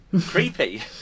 creepy